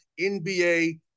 NBA